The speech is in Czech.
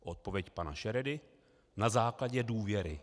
Odpověď pana Šeredy: Na základě důvěry.